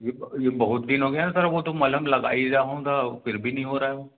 तो ये ये बहुत दिन हो गए हैं सर वो तो मलहम लगा ही जाऊंगा फिर भी नहीं हो रहा है